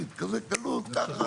בכזה קלות ככה?